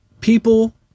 people